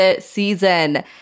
season